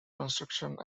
construction